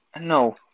No